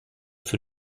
für